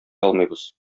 алмыйбыз